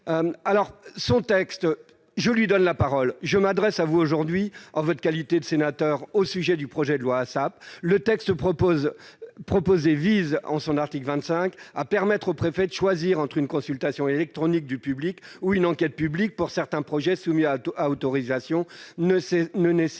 Voici ce qu'elle m'a écrit :« Je m'adresse à vous aujourd'hui en votre qualité de sénateur au sujet du projet de loi ASAP. Le texte proposé vise en son article 25 à " permettre au préfet de choisir entre une consultation électronique du public ou une enquête publique pour certains projets soumis à autorisation ne nécessitant